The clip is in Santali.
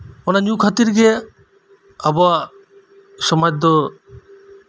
ᱚᱱᱟ ᱧᱩ ᱠᱷᱟᱹᱛᱤᱨ ᱜᱮ ᱟᱵᱚᱣᱟᱜ ᱥᱚᱢᱟᱡᱽ ᱫᱚ